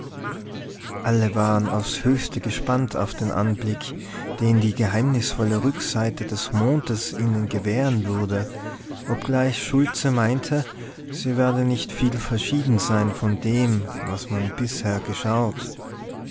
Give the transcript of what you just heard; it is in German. alle waren aufs höchste gespannt auf den anblick den die geheimnisvolle rückseite des mondes ihnen gewähren würde obgleich schultze meinte sie werde nicht viel verschieden sein von dem was man bisher geschaut